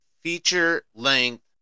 feature-length